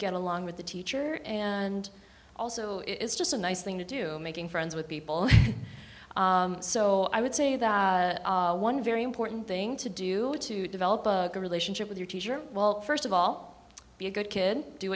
get along with the teacher and also it's just a nice thing to do making friends with people so i would say that one very important thing to do to develop a relationship with your teacher well first of all be a good kid do